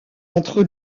entre